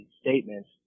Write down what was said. statements